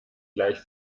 gleich